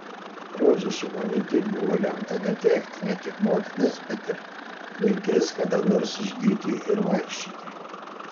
rožei šimonytei buvo lemta netekti ne tik motinos bet ir vilties kada nors išgyti ir vaikščioti